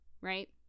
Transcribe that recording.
Right